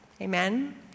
Amen